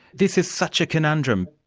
this is such a conundrum.